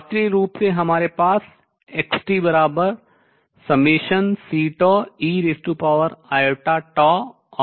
शास्त्रीय रूप से हमारे पास xtCeiτωt था